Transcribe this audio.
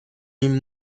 این